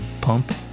pump